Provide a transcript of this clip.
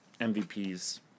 MVPs